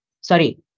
sorry